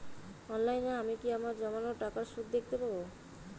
অনলাইনে আমি কি আমার জমানো টাকার সুদ দেখতে পবো?